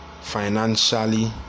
financially